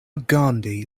gandhi